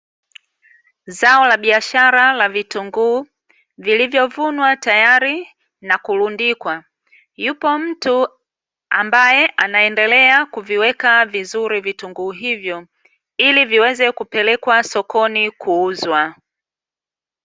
Zao la biashara la vitunguu vilivyovunwa tayari na kulundikwa, yupo mtu ambaye anaendelea kuviweka vizuri vitunguu hivyo ili viweze kupelekwa sokoni kuuzwa.